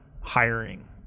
hiring